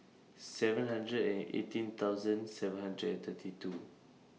seven hundred and eighteen thousand seven hundred and thirty two